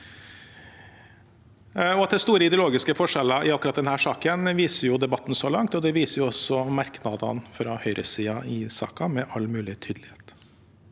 er store ideologiske forskjeller i akkurat denne saken, viser debatten så langt, og det viser også merknadene fra høyresiden i saken med all mulig tydelighet.